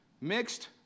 Mixed